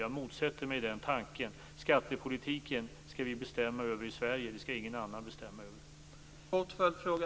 Jag motsätter mig den tanken. Skattepolitiken skall vi själva bestämma över i Sverige. Det skall ingen annan göra.